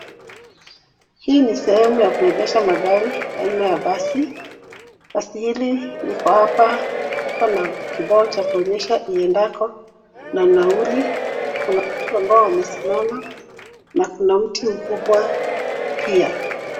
Hii ni sehemu ya kuegesha magari aina ya basi, basi hili liko hapa na kibao kinacho onyesha kiendako na nauli. Kuna watu ambao wamesimama na kuna miti mikubwa pia.